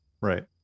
Right